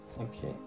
Okay